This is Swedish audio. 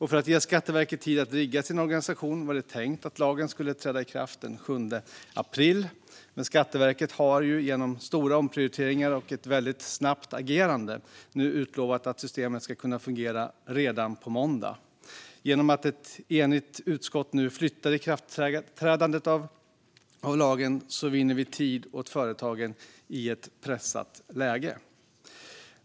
För att ge Skatteverket tid att rigga sin organisation var det tänkt att lagen skulle träda i kraft den 7 april, men Skatteverket har genom stora omprioriteringar och ett snabbt agerande nu utlovat att systemet ska kunna fungera redan på måndag. Genom att ett enigt utskott nu flyttat ikraftträdandet av lagen vinner vi tid åt företagen i ett pressat läge.